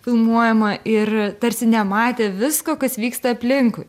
filmuojamą ir tarsi nematė visko kas vyksta aplinkui